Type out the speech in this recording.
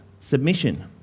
submission